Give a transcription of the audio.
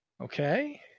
Okay